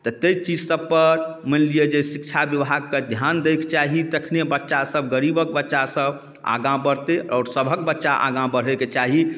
तऽ ताहि चीज सबपर मानि लिअऽ जे शिक्षा विभागके धिआन दैके चाही तखने बच्चासब गरीबके बच्चासब आगाँ बढ़तै आओर सबहक बच्चा आगाँ बढ़ैके चाही